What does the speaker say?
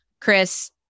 Chris